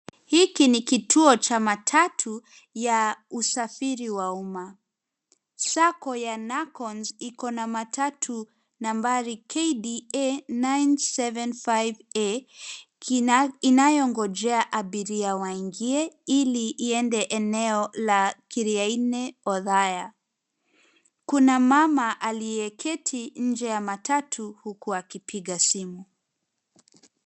Hiki ni kituo cha matatu ya usafiri wa umma. Sacco ya Nakons iko na matatu nambari KDA 975A inayongojea abiria waingie ili iende eneo la Kiriani, Othaya. Kuna mama aliyeketi nje ya matatu huku akipiga simu.